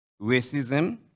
Racism